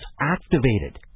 activated